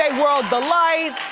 they rolled the lights.